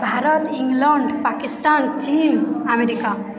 Bharat England Pakistan ଚୀନ America